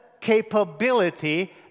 capability